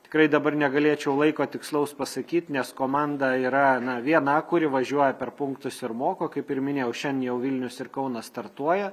tikrai dabar negalėčiau laiko tikslaus pasakyt nes komanda yra na viena kuri važiuoja per punktus ir moko kaip ir minėjau šiandien jau vilnius ir kaunas startuoja